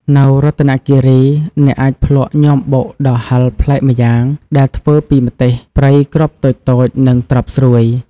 នៅរតនគិរី អ្នកអាចភ្លក់ញាំបុកដ៏ហិរប្លែកម្យ៉ាង ដែលធ្វើពីម្ទេសព្រៃគ្រាប់តូចៗ និងត្រប់ស្រួយ។